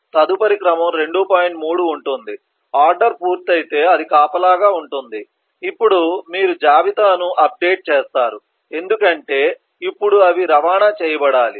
3 ఉంటుంది ఆర్డర్ పూర్తయితే అది కాపలాగా ఉంటుంది అప్పుడు మీరు జాబితా ను అప్డేట్ చేస్తారు ఎందుకంటే ఇప్పుడు అవి రవాణా చేయబడాలి